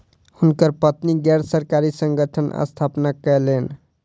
हुनकर पत्नी गैर सरकारी संगठनक स्थापना कयलैन